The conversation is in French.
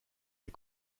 les